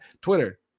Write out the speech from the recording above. Twitter